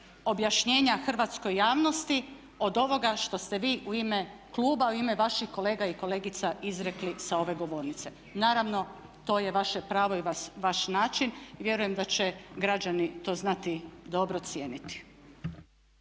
objašnjenja hrvatskoj javnosti od ovoga što ste vi u ime kluba, u ime vaših kolega i kolegica izrekli sa ove govornice. Naravno to je vaše pravo i vaš način i vjerujem da će građani to znati dobro cijeniti.